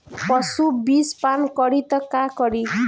पशु विषपान करी त का करी?